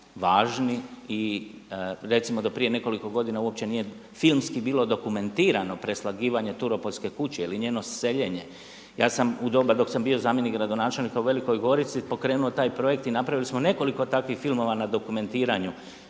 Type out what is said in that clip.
I recimo do prije nekoliko godina uopće nije bilo filmski dokumentirano preslagivanje turopoljske kuće ili njeno seljenje. Ja sam u doba dok sam bio zamjenik gradonačelnika u Velikoj Gorici pokrenuo taj projekt i napravili smo nekoliko takvih filmova na dokumentiranju.